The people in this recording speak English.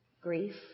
grief